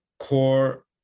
core